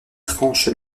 tranche